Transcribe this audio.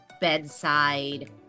bedside